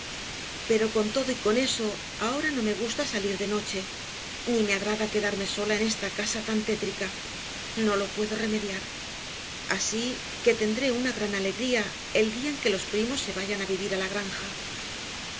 pero con todo y con eso ahora no me gusta salir de noche ni me agrada quedarme sola en esta casa tan tétrica no lo puedo remediar así que tendré una gran alegría el día en que los primos se vayan a vivir a la granja